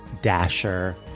Dasher